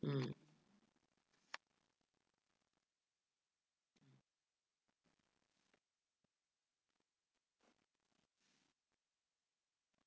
mm